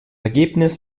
ergebnis